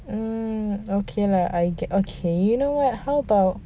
um okay lah I get okay you know [what] how about